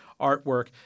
artwork